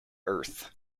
earth